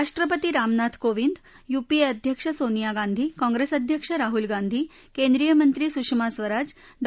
राष्ट्रपती रामनाथ कोविंद युपीए अध्यक्ष सोनिया गांधी काँप्रेस अध्यक्ष राह्ल गांधी केंद्रीय मंत्री सुषमा स्वराज डॉ